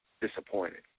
disappointed